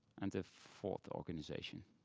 and a fourth organization.